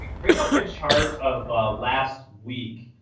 bring up a chart of last week,